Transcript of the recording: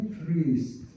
priest